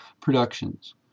Productions